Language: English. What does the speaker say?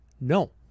no